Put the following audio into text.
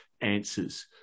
answers